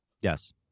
Yes